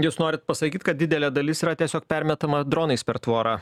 jūs norit pasakyt kad didelė dalis yra tiesiog permetama dronais per tvorą